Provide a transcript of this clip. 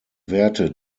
werte